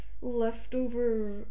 leftover